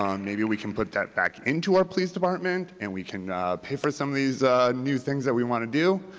um maybe we can put that back into our police department, and we can pay for some of these new things that we want to do,